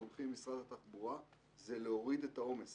הולכים עם משרד התחבורה זה להוריד את העומס